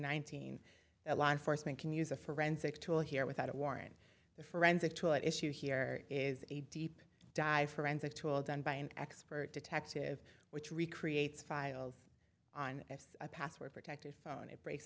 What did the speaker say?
nineteen a law enforcement can use a forensic tool here without a warrant the forensic tool at issue here is a deep dive forensic tool done by an expert detective which recreates files on a password protected phone it breaks